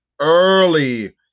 early